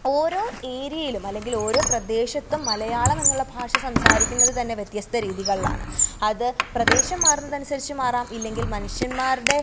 ഓരോ ഏരിയയിലും അല്ലെങ്കിൽ ഓരോ പ്രദേശത്തും മലയാളം എന്നുള്ള ഭാഷ സംസാരിക്കുന്നത് തന്നെ വ്യത്യസ്ഥ രീതികളിലാണ് അത് പ്രദേശം മാറുന്നതനുസരിച്ച് മാറാം ഇല്ലെങ്കില് മനുഷ്യന്മാരുടെ